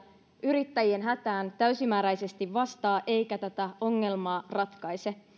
yrittäjien hätään täysimääräisesti vastaa eikä tätä ongelmaa ratkaise